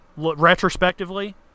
Retrospectively